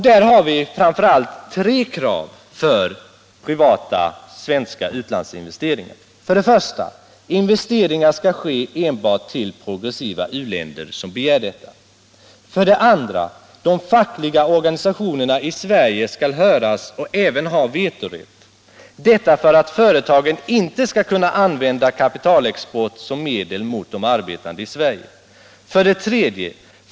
Där har vi framför allt tre krav för privata svenska u-landsinvesteringar: 1. Investeringar skall ske enbart till progressiva u-länder som begär detta. 2. De fackliga organisationerna i Sverige skall höras och även ha vetorätt, detta för att företagen inte skall kunna använda kapitalexport som medel mot de arbetande i Sverige. 3.